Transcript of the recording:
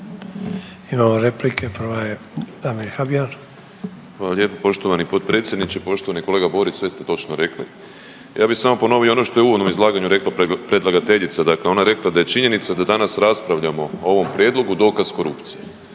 Imamo replike, prva je Damir Habijan. **Habijan, Damir (HDZ)** Hvala lijepo poštovani potpredsjedniče. Poštovani kolega Borić sve ste točno rekli. Ja bi samo ponovio ono što je u uvodnom izlaganju rekla predlagateljica. Dakle, ona je rekla da je činjenica da danas raspravljamo o ovom prijedlogu dokaz korupcija.